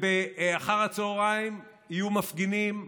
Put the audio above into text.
אחר הצוהריים יהיו מפגינים,